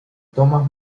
thomas